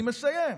אני מסיים.